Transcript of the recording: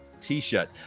t-shirt